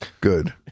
Good